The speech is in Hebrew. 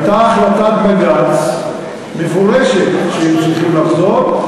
זאת הייתה החלטת בג"ץ מפורשת שהם צריכים לחזור,